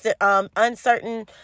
uncertain